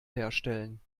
herstellen